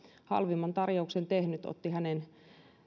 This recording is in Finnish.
halvimman tarjouksen tehnyt otti hänen